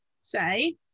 say